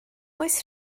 oes